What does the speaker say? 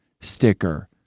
sticker